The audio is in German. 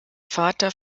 vater